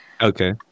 okay